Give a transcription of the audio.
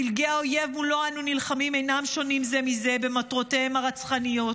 פלגי האויב שמולו אנו נלחמים אינם שונים זה מזה במטרותיהם הרצחניות,